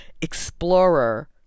explorer